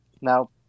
Now